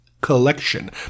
collection